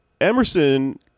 Emerson